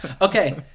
Okay